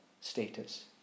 status